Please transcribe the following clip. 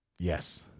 Yes